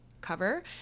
cover